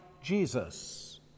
Jesus